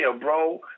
bro